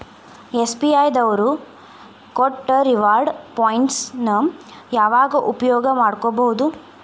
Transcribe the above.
SBI ದವ್ರು ಕೊಟ್ಟ reward points ನ ಯಾವಾಗ ಉಪಯೋಗ ಮಾಡ್ಕೋಬಹುದು?